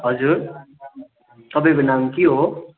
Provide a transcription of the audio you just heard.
हजुर तपाईँको नाम के हो